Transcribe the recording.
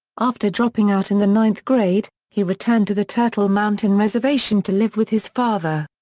after dropping out in the ninth grade, he returned to the turtle mountain reservation to live with his father.